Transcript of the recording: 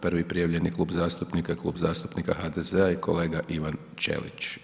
Prvi prijavljeni klub zastupnika je Klub zastupnika HDZ-a i kolega Ivan Ćelić.